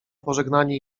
pożegnanie